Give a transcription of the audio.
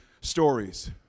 stories